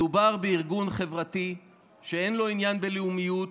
מדובר בארגון חברתי שאין לו עניין בלאומיות,